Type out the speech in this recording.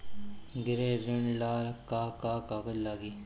गृह ऋण ला का का कागज लागी?